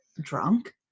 drunk